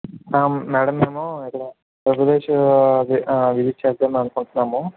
madam మేము ఇక్కడ Andhra Pradesh visit చేద్దాం అనుకుంటున్నాము